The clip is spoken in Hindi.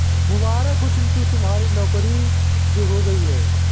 मुबारक हो चिंटू तुम्हारी नौकरी जो हो गई है